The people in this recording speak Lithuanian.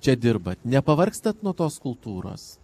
čia dirbat nepavargstat nuo tos kultūros